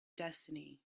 destiny